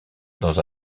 dans